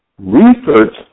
Research